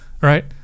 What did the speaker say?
Right